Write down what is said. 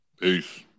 Peace